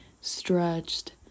stretched